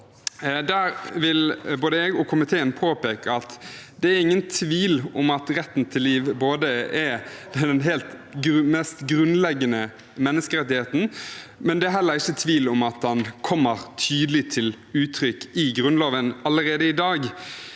til liv. Både jeg og komiteen vil påpeke at det ikke er noen tvil om at retten til liv er den mest grunnleggende menneskerettigheten, men det er heller ikke tvil om at den kommer tydelig til uttrykk i Grunnloven allerede i dag,